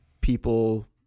people